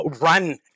run –